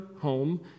home